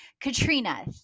Katrina